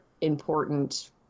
important